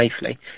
safely